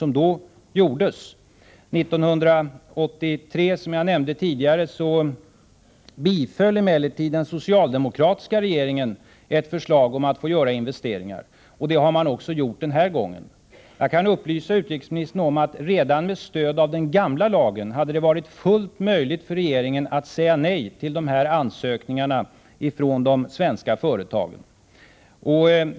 Som jag nämnde tidigare biföll emellertid den socialdemokratiska regeringen 1983 ett förslag om att investeringar skulle få göras, och det har man gjort även denna gång. Jag kan upplysa utrikesministern om att det redan med stöd av den gamla lagen hade varit fullt möjligt för regeringen att säga nej till dessa ansökningar från de svenska företagen.